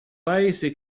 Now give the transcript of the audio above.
paese